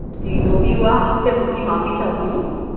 جی جو بھی ہوا ہم اس سے اس کی معافی چاہتی ہوں